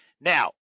Now